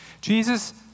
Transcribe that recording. Jesus